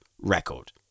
record